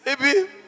Baby